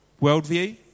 worldview